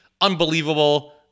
unbelievable